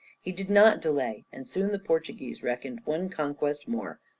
he did not delay, and soon the portuguese reckoned one conquest more.